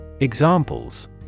Examples